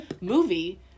movie